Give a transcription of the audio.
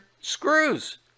screws